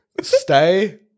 stay